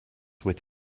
with